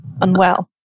unwell